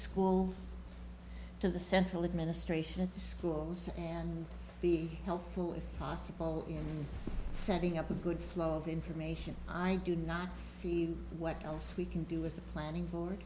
school to the central administration at the schools and be helpful if possible in setting up a good flow of information i do not see what else we can do as a planning board